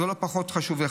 זה חשוב.